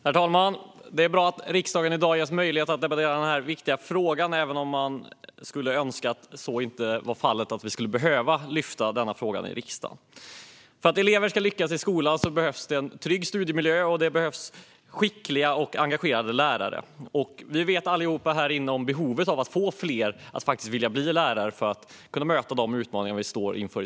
Herr talman! Det är bra att riksdagen i dag ges möjlighet att debattera denna viktiga fråga, även om jag önskar att vi inte skulle behöva det. För att elever ska lyckas i skolan behövs en trygg studiemiljö och skickliga och engagerade lärare. Vi känner alla till behovet av att få fler att vilja bli lärare för att kunna möta de utmaningar skolan står inför.